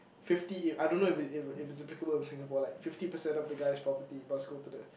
fifty ea~ I don't know if it if it's applicable in Singapore like fifty percent of the guy's property must go to the